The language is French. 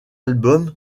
album